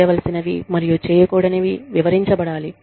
చేయవలసినవి మరియు చేయకూడనివి వివరించబడాలి